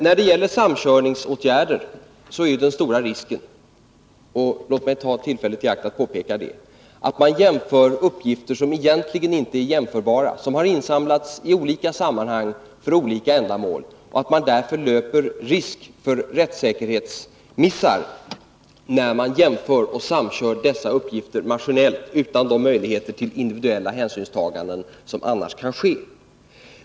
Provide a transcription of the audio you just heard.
När det gäller samkörningsåtgärder är den stora risken — och låt mig ta tillfället i akt att påpeka det — att man jämför uppgifter som egentligen inte är jämförbara, som har insamlats i olika sammanhang, för olika ändamål och att man därför löper risk för rät kerhetsmissar när man jämför och samkör dessa uppgifter maskinellt utan de möjligheter till individuella hänsynstaganden som annars kan finnas.